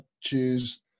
choose